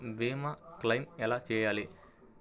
భీమ క్లెయిం ఎలా చేయాలి?